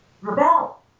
rebel